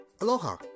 Aloha